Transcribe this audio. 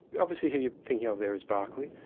obviously who you're thinking of there is berkeley,